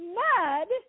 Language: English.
mud